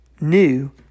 new